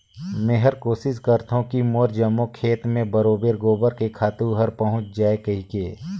मेहर कोसिस करथों की मोर जम्मो खेत मे बरोबेर गोबर के खातू हर पहुँच जाय कहिके